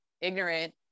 ignorant